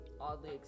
oddly